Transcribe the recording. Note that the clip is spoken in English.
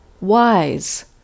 wise